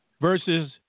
versus